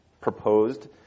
proposed